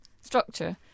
structure